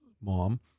mom